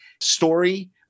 story